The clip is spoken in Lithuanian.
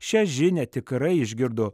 šią žinią tikrai išgirdo